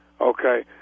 Okay